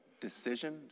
decision